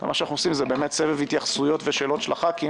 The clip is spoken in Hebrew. מה שאנחנו עושים זה באמת סבב התייחסויות ושאלות של הח"כים